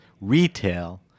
retail